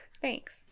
thanks